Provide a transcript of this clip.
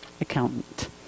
accountant